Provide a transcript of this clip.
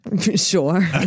Sure